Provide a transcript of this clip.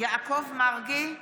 יעקב מרגי,